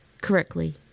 correctly